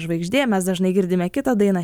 žvaigždė mes dažnai girdime kitą dainą